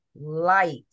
light